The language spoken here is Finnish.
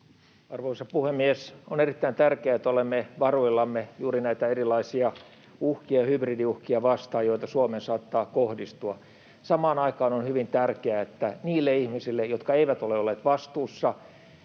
Arvoisa puhemies! On erittäin tärkeää, että olemme varuillamme juuri näitä erilaisia uhkia ja hybridiuhkia vastaan, joita Suomeen saattaa kohdistua. Samaan aikaan on hyvin tärkeää, että niille ihmisille, jotka eivät ole olleet vastuussa